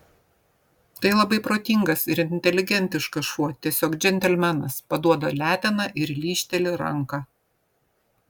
tai labai protingas ir inteligentiškas šuo tiesiog džentelmenas paduoda leteną ir lyžteli ranką